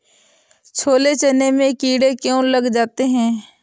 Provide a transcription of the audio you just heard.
छोले चने में कीड़े क्यो लग जाते हैं?